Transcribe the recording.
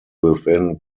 within